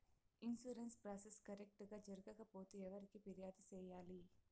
insurance process correct గా జరగకపోతే ఎవరికి ఫిర్యాదు సేయాలి